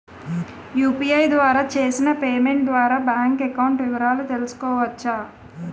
UPI ద్వారా చేసిన payment ద్వారా బ్యాంక్ అకౌంట్ వివరాలు తెలుసుకోవచ్చ?